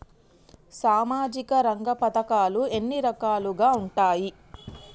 సామాజిక రంగ పథకాలు ఎన్ని రకాలుగా ఉంటాయి?